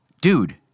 dude